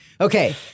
okay